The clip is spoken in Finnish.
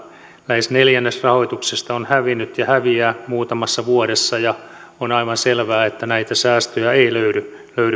lähes neljännes rahoituksesta on hävinnyt ja häviää muutamassa vuodessa ja on aivan selvää että näitä säästöjä ei löydy